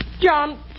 John